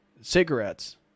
cigarettes